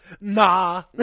Nah